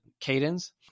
cadence